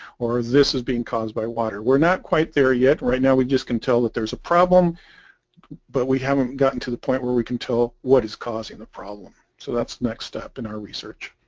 or this is being caused by water we're not quite there yet. right now we just can tell that there's a problem but we haven't gotten to the point where we can tell what is causing the problem so that's next step in our research.